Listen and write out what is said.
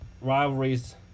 rivalries